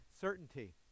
certainty